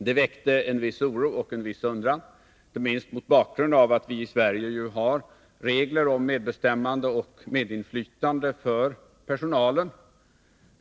Detta väckte en viss oro och en viss undran, inte minst mot bakgrund av att vi i Sverige har regler om medbestämmande och medinflytande för personalen.